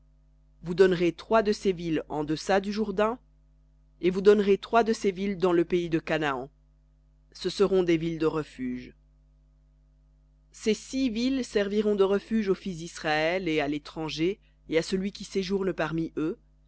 vous donnerez trois de ces villes en deçà du jourdain et vous donnerez trois de ces villes dans le pays de canaan ce seront des villes de refuge ces six villes serviront de refuge aux fils d'israël et à l'étranger et à celui qui séjourne parmi eux